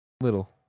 little